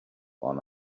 honor